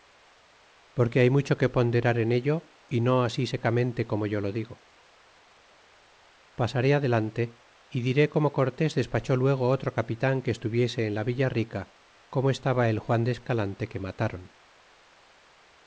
porque hay mucho que ponderar en ello y no así secamente como yo lo digo pasaré adelante y diré como cortés despachó luego otro capitan que estuviese en la villa rica como estaba el juan de escalante que rnatáron